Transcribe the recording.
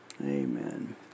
Amen